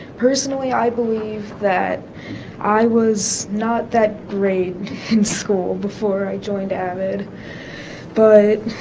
personally i believe that i was not that great in school before i joined avid but